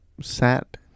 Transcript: sat